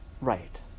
right